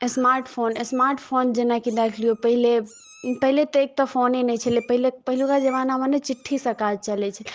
smartphone smartphone जेनाकि राखि लियौ पहिले पहिले तऽ एक तऽ फोने नहि छलै पहिलुका जमाना मे ने चिट्ठी सँ काज चलै छलै